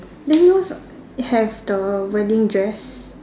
then yours have the wedding dress